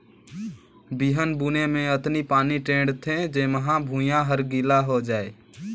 बिहन बुने मे अतनी पानी टेंड़ थें जेम्हा भुइयां हर गिला होए जाये